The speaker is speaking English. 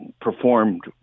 performed